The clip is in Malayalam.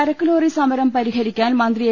ചരക്കുലോറി സമരം പരിഹരിക്കാൻ മന്ത്രി എ